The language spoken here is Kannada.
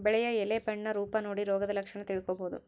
ಬೆಳೆಯ ಎಲೆ ಬಣ್ಣ ರೂಪ ನೋಡಿ ರೋಗದ ಲಕ್ಷಣ ತಿಳ್ಕೋಬೋದು